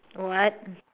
what